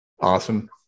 Awesome